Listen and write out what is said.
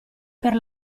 per